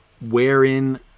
wherein